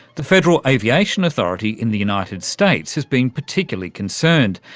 the federal aviation authority in the united states has been particularly concerned.